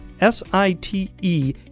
S-I-T-E